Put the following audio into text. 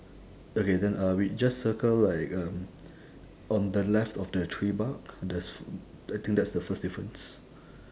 okay then uh we just circle like um on the left of that tree bark there's I think that's the first difference